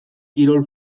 kirol